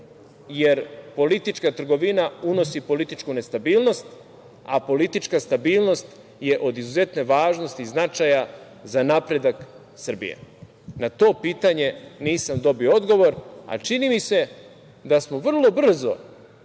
Jer politička trgovina unosi političku nestabilnost, a politička stabilnost je od izuzetne važnosti i značaja za napredak Srbije. Na to pitanje nisam dobio odgovor, a čini mi se da smo vrlo brzo